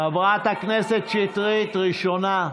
חברת הכנסת שטרית, ראשונה.